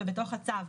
בנוהל שלכם,